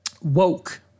Woke